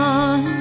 on